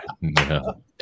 no